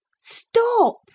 Stop